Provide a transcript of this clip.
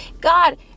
God